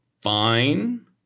fine